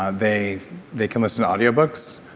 ah they they can listen to audio books.